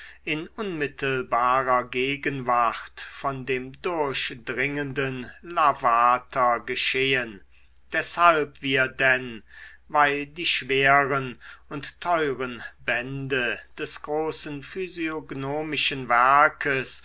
in unmittelbarer gegenwart von dem durchdringenden lavater geschehen deshalb wir denn weil die schweren und teuren bände des großen